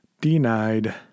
Denied